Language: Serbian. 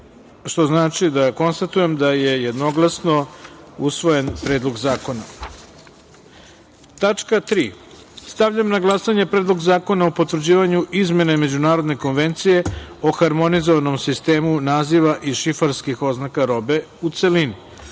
205, za – 205.Konstatujem da je jednoglasno usvojen Predlog zakona. Treća tačka dnevnog reda. Stavljam na glasanje Predlog zakona o potvrđivanju Izmene Međunarodne konvencije o Harmonizovanom sistemu naziva i šifarskih oznaka robe, u celini. Molim